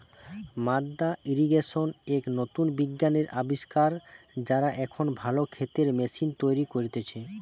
মাদ্দা ইর্রিগেশন এক নতুন বিজ্ঞানের আবিষ্কার, যারা এখন ভালো ক্ষেতের ম্যাশিন তৈরী করতিছে